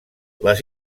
les